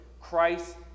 Christ